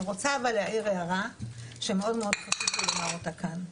אבל אני רוצה להעיר הערה שמאוד מאוד חשוב לי לומר אותה כאן.